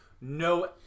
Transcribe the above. no